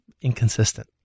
inconsistent